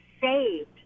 saved